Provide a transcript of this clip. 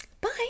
Bye